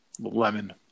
Lemon